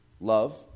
love